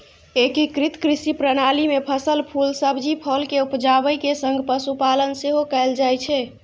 एकीकृत कृषि प्रणाली मे फसल, फूल, सब्जी, फल के उपजाबै के संग पशुपालन सेहो कैल जाइ छै